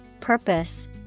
purpose